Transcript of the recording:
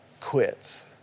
quits